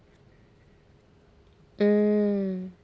mm